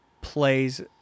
plays